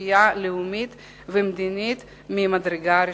בסוגיה לאומית ומדינית ממדרגה ראשונה.